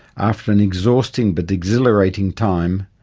after an exhausting but exhilarating time,